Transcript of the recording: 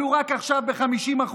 עלו רק עכשיו ב-50%.